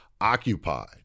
occupied